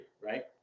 right